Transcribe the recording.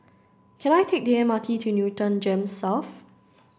can I take the M R T to Newton GEMS South